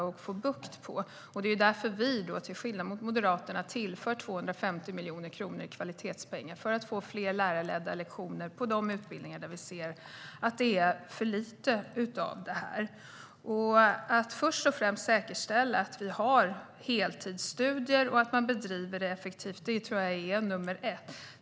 Därför tillför vi, till skillnad från Moderaterna, 250 miljoner kronor i kvalitetspengar för att få fler lärarledda lektioner på de utbildningar där vi ser att det är för lite av detta. Att säkerställa att vi har heltidsstudier och att man bedriver dem effektivt tror jag är nummer ett.